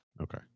Okay